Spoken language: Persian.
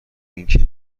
اینکه